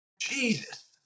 Jesus